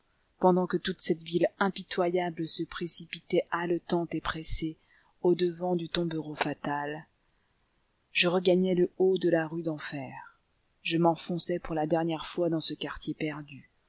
pendant que toute cette ville impitoyable se précipitait haletante et pressée au-devant du tombereau fatal je regagnai le haut de la rue d'enfer je m'enfonçai pour la dernière fois dans ce quartier perdu